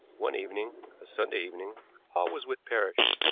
one evening a sunday evening hall was with parrish.